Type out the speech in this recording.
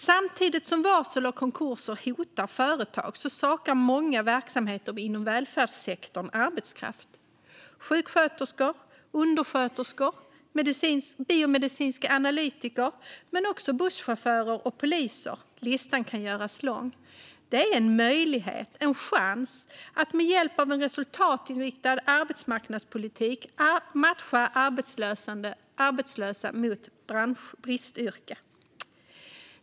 Samtidigt som varsel och konkurser hotar företag saknar många verksamheter inom välfärdssektorn arbetskraft - sjuksköterskor, undersköterskor och biomedicinska analytiker men också busschaufförer och poliser. Listan kan göras lång. Det är en möjlighet och en chans att med hjälp av en resultatinriktad arbetsmarknadspolitik matcha arbetssökande med bristyrken.